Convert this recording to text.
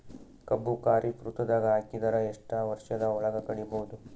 ಕಬ್ಬು ಖರೀಫ್ ಋತುದಾಗ ಹಾಕಿದರ ಎಷ್ಟ ವರ್ಷದ ಒಳಗ ಕಡಿಬಹುದು?